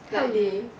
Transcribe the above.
how you know